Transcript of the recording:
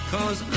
Cause